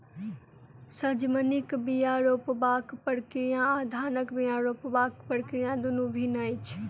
सजमनिक बीया रोपबाक प्रक्रिया आ धानक बीया रोपबाक प्रक्रिया दुनु भिन्न अछि